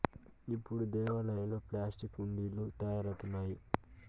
ఇప్పుడు దేవాలయాల్లో ప్లాస్టిక్ హుండీలు తయారవుతున్నాయి